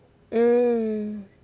mm